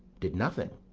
did nothing.